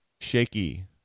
shaky